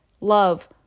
love